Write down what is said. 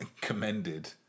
commended